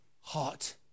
hot